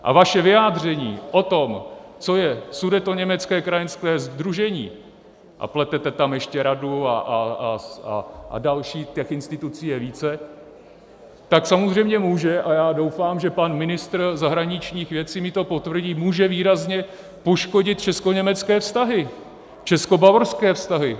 A vaše vyjádření o tom, co je Sudetoněmecké krajanské sdružení a pletete tam ještě radu a další, těch institucí je více tak samozřejmě může, a já doufám, že pan ministr zahraničních věcí mi to potvrdí, může výrazně poškodit českoněmecké vztahy, českobavorské vztahy.